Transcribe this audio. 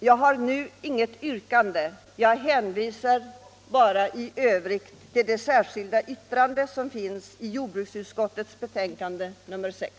Jag har nu inget yrkande utan hänvisar bara till det särskilda yttrande som finns fogat till jordbruksutskottets betänkande nr 6.